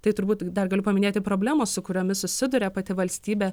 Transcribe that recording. tai turbūt dar galiu paminėti problemos su kuriomis susiduria pati valstybė